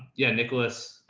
yeah, nicholas,